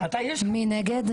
מי נגד?